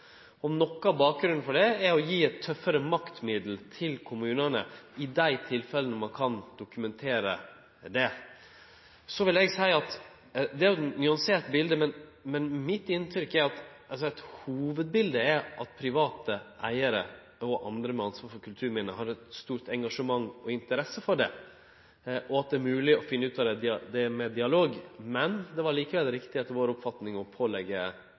om utbetring av bevaringsverdige bygningar. Noko av bakgrunnen for det er å gi kommunane eit tøffare maktmiddel i dei tilfella det kan dokumenterast. Så vil eg seie at det er eit nyansert bilete, men mitt inntrykk er at hovudbiletet er at private eigarar – og andre som har ansvar for kulturminne – har stort engasjement og interesse for det, og at det er mogleg å finne ut av det med dialog. Det var likevel riktig, etter vår oppfatning,